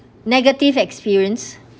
negative experience